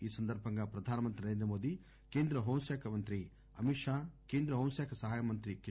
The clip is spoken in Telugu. ఈ సందర్బంగా ప్రధానమంత్రి నరేంద్ర మోదీ కేంద్ర హోంశాఖ మంత్రి అమిత్షా కేంద్ర హోంశాఖ సహాయమంత్రి జి